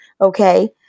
okay